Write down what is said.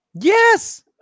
Yes